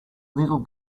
little